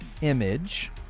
image